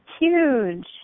Huge